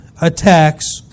attacks